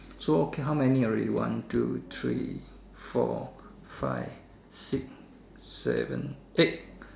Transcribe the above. so okay how many already one two three four five six seven eight